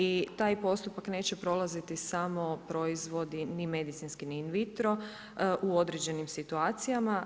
I taj postupak neće prolaziti samo proizvodi ni medicinski, ni invitro u određenim situacijama.